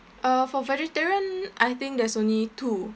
uh for vegetarian I think there's only two